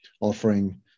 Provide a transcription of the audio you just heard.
offering